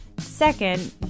Second